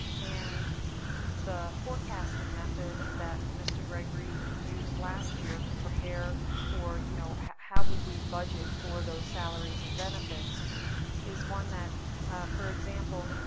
and the forecasting method that mr. gregory used last year to prepare for you know how would we budget for those salaries and benefits is one that for example,